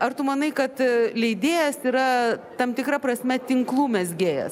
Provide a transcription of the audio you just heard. ar tu manai kad leidėjas yra tam tikra prasme tinklų mezgėjas